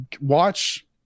watch